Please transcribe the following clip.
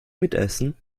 mitessen